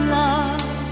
love